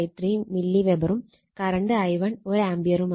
453 milli വെബറും current i1 1 ആംപിയറാണ്